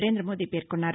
నరేందమోదీ పేర్కొన్నారు